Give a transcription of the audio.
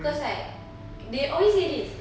cause like they always say this